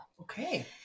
okay